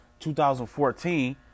2014